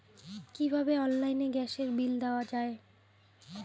কিভাবে অনলাইনে গ্যাসের বিল দেওয়া যায়?